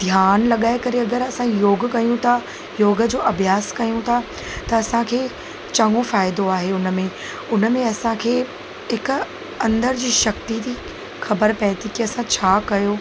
कि ध्यानु लॻाए करे अगरि असां योग कयूं था योग जो अभ्यास कयूं था त असांखे चङो फ़ाइदो आहे उन में उन में असांखे हिक अंदर जी शक्ती जी ख़बर पए थी की असां छा कयो